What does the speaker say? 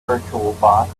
virtualbox